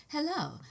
Hello